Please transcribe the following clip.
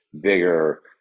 bigger